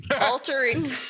altering